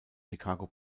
chicago